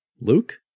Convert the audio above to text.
Luke